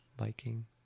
liking